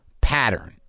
pattern